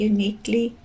Uniquely